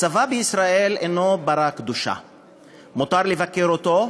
הצבא בישראל אינו פרה קדושה, מותר לבקר אותו,